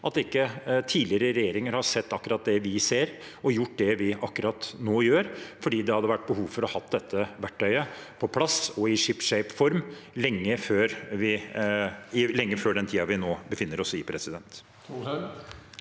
at tidligere regjeringer ikke har sett akkurat det vi ser, og gjort akkurat det vi nå gjør, for det hadde vært behov for å ha dette verktøyet på plass og i shipshape form lenge før den tiden vi nå befinner oss i. Bård